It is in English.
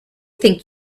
think